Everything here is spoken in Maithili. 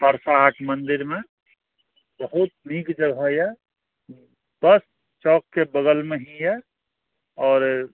परसा हाट मन्दिरमे बहुत नीक जगह यऽ बस चौकके बगलमे ही यऽ आओर